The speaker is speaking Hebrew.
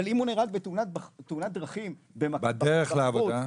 אבל אם הוא נהרג בתאונת דרכים --- בדרך לעבודה.